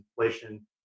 inflation